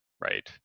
right